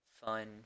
fun